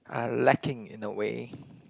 are lacking in a way